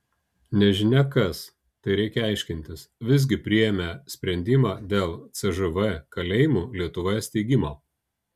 nežinia kas tai reikia aiškintis visgi priėmė sprendimą dėl cžv kalėjimų lietuvoje steigimo